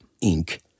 ink